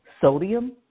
Sodium